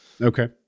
okay